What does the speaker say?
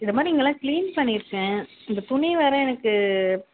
இந்த மாதிரி இங்கெலாம் க்ளீன் பண்ணியிருக்கேன் இந்த துணி வேறு எனக்கு